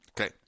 Okay